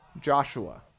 Joshua